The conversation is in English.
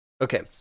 Okay